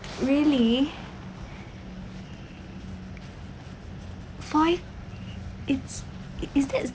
really foie it's it's that